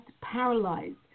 paralyzed